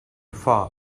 far